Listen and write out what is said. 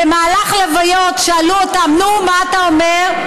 במהלך לוויות שאלו אותם: נו, מה אתה אומר?